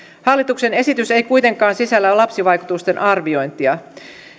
hallituksen esitys ei kuitenkaan sisällä lapsivaikutusten arviointia